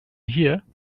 here